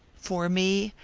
for me,